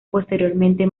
posteriormente